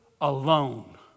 alone